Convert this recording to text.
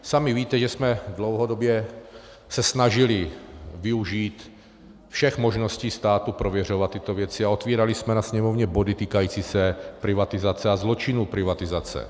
Sami víte, že jsme dlouhodobě se snažili využít všech možností státu prověřovat tyto věci a otvírali jsme ve Sněmovně body týkající se privatizace a zločinů privatizace.